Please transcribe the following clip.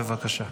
בבקשה.